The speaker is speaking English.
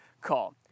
call